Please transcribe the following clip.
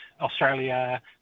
Australia